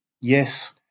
yes